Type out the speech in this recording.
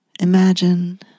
Imagine